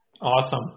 Awesome